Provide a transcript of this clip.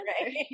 Right